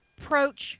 approach